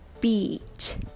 beat